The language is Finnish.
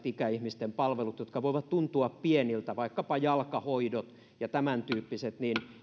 ikäihmisten palvelut jotka voivat tuntua pieniltä vaikkapa jalkahoidot ja tämäntyyppiset